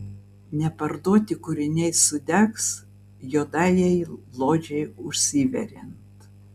neparduoti kūriniai sudegs juodajai ložei užsiveriant